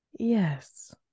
yes